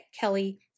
kelly